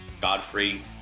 Godfrey